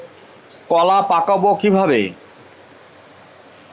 কলা পাকাবো কিভাবে?